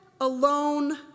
Alone